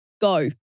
go